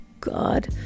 God